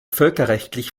völkerrechtlich